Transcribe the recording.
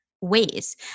ways